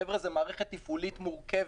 חבר'ה, זו מערכת תפעולית מורכבת.